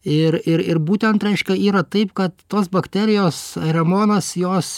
ir ir ir būtent raiška yra taip kad tos bakterijos ramonas jos